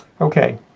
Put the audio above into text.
Okay